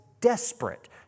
desperate